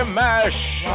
mash